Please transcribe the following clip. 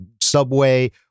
subway